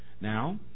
Now